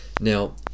Now